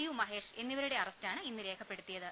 U Mahesh എന്നിവരുടെ അറസ്റ്റാണ് ഇന്ന് രേഖപ്പെടുത്തിയത്